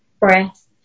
Breath